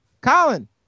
Colin